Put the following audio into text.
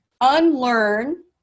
unlearn